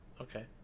Okay